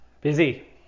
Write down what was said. Busy